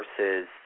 Versus